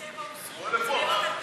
ידע.